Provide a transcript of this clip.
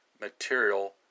material